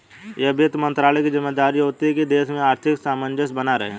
यह वित्त मंत्रालय की ज़िम्मेदारी होती है की देश में आर्थिक सामंजस्य बना रहे